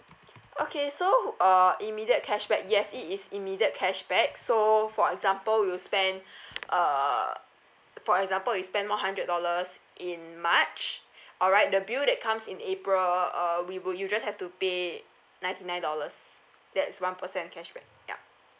okay so uh immediate cashback yes it is immediate cashback so for example you spend uh for example you spend one hundred dollars in march alright the bill that comes in april uh we will you just have to pay ninety nine dollars that's one percent cashback yup